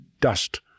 dust